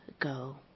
go